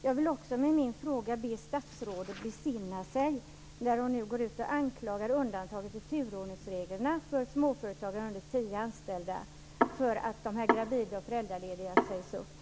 Jag vill också med min fråga be statsrådet besinna sig när hon nu går ut och anklagar undantaget i turordningsreglerna för småföretagare med under tio anställda för att gravida och föräldralediga sägs upp.